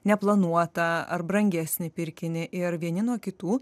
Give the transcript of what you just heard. neplanuotą ar brangesnį pirkinį ir vieni nuo kitų